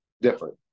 different